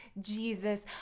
Jesus